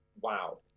wow